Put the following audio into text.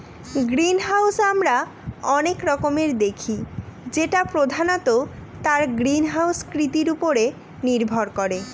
greenhouse আমরা অনেক রকমের দেখি যেটা প্রধানত তার গ্রিনহাউস কৃতির উপরে নির্ভর করে